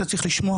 אתה צריך לשמוע,